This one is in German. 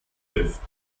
lift